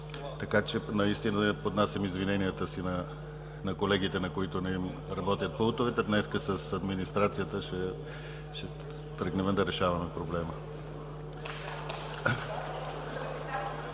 Наистина, поднасям извиненията си на колегите, на които не им работят пултовете. Днес с Администрацията ще тръгнем да решаваме проблема.